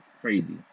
Crazy